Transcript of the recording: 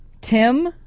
Tim